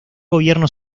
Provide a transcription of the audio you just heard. gobierno